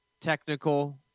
technical